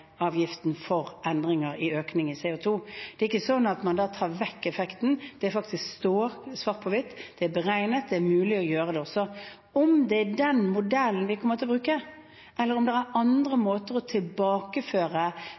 Det er ikke sånn at man da tar vekk effekten, det står faktisk svart på hvitt, og det er også beregnet at det er mulig å gjøre det. Om det er den modellen vi kommer til å bruke, eller om det finnes andre måter å tilbakeføre